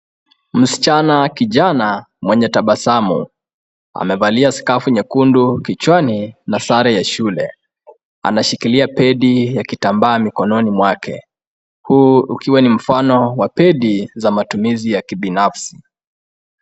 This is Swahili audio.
Msichana kijana mwenye tabasamu. Amevalia skafu nyekundu kichwani na sare ya shule. Anashikilia pedi ya kitambaa mkononi mwake. Huu ukiwa ni mfano wa pedi za matumizi ya kibinafsi.